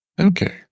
Okay